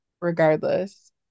regardless